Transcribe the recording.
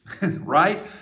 Right